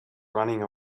running